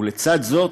ולצד זאת,